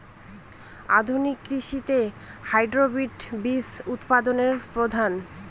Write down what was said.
আধুনিক কৃষিতে হাইব্রিড বীজ উৎপাদন প্রধান